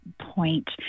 point